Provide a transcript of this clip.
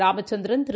Ramachandran Thiru